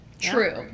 True